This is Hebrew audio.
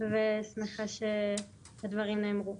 ואני שמחה שהדברים נאמרו.